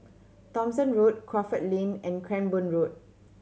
Thomson Road Crawford Lane and Cranborne Road